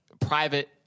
private